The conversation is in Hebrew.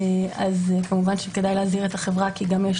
אז כמובן שכדאי להזהיר את החברה כי גם יש